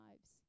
lives